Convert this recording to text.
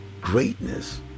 greatness